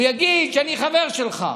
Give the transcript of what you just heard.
הוא יגיד שאני חבר שלך,